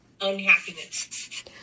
unhappiness